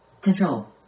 Control